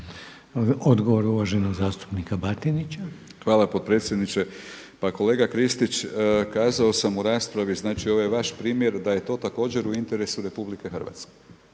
Odgovor uvaženog zastupnika Batinića. **Batinić, Milorad (HNS)** Hvala potpredsjedniče. Pa kolega Kristić, kazao sam u raspravi, znači ovaj vaš primjer da je to također u interesu RH.